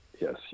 Yes